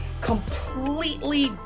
completely